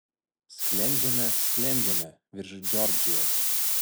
sklendžiame sklendžiame virš džordžijos